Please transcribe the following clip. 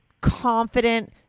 confident